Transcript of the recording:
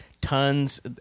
tons